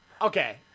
okay